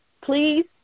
Please